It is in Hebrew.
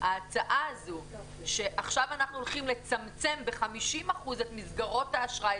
ההצעה הזו שעכשיו אנחנו הולכים לצמצם ב-50% את מסגרות האשראי,